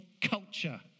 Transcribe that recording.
culture